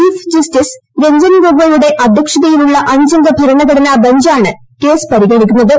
chief justice Ranjan ഗൊഗോയുടെ അദ്ധ്യക്ഷതയിലുള്ള അഞ്ചംഗ ഭരണഘടനാ ബഞ്ചാണ് കേസ് പരിഗണിക്കുന്നുത്